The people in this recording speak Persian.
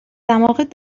دماغت